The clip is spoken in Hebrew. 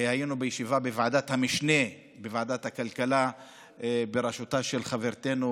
היינו בישיבה בוועדת המשנה של ועדת הכלכלה בראשותה של חברתנו